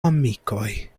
amikoj